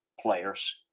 players